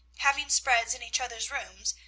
having spreads in each other's rooms,